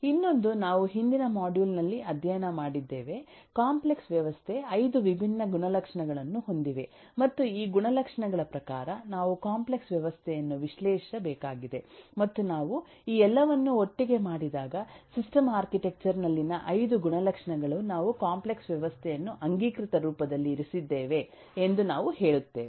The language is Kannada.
ಇನ್ನೊಂದು ನಾವು ಹಿಂದಿನ ಮಾಡ್ಯೂಲ್ನಲ್ಲಿ ಅಧ್ಯಯನ ಮಾಡಿದ್ದೇವೆ ಕಾಂಪ್ಲೆಕ್ಸ್ ವ್ಯವಸ್ಥೆ 5 ವಿಭಿನ್ನ ಗುಣಲಕ್ಷಣಗಳನ್ನು ಹೊಂದಿವೆ ಮತ್ತು ಈ ಗುಣಲಕ್ಷಣಗಳ ಪ್ರಕಾರ ನಾವು ಕಾಂಪ್ಲೆಕ್ಸ್ ವ್ಯವಸ್ಥೆಯನ್ನು ವಿಶ್ಲೇಷಿಸಬೇಕಾಗಿದೆ ಮತ್ತು ನಾವು ಈ ಎಲ್ಲವನ್ನು ಒಟ್ಟಿಗೆ ಮಾಡಿದಾಗ ಸಿಸ್ಟಮ್ ಆರ್ಕಿಟೆಕ್ಚರ್ ನಲ್ಲಿನ 5 ಗುಣಲಕ್ಷಣಗಳು ನಾವು ಕಾಂಪ್ಲೆಕ್ಸ್ ವ್ಯವಸ್ಥೆಯನ್ನು ಅಂಗೀಕೃತ ರೂಪದಲ್ಲಿ ಇರಿಸಿದ್ದೇವೆ ಎಂದು ನಾವು ಹೇಳುತ್ತೇವೆ